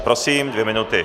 Prosím, dvě minuty.